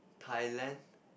Thailand